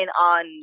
on